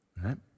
Right